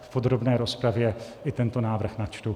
V podrobné rozpravě i tento návrh načtu.